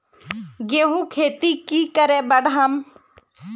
गेंहू खेती की करे बढ़ाम?